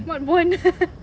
what born